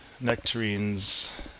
nectarines